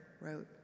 wrote